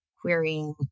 querying